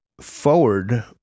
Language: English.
Forward